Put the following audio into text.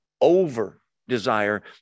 over-desire